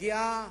לפגיעה